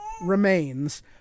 remains